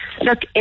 Look